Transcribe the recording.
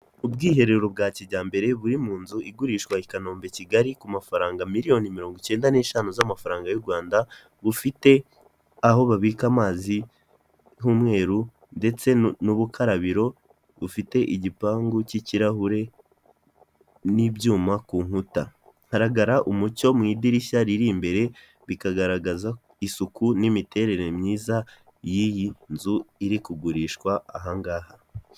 Ubwiherero bwa kijyambere buri mu nzu igurishwa i Kanombe i Kigali ku mafaranga miliyoni mirongo icyenda n'eshanu z'amafaranga y'u Rwanda bufite aho babika amazi h'umweru ndetse n'ubukarabiro bufite igipangu cy'ikirahure n'ibyuma ku nkuta, haragara umucyo mu idirishya riri imbere bikagaragaza isuku n'imiterere myiza y'iyi nzu iri kugurishwa aha ngaha.